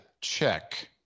check